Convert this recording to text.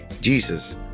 Jesus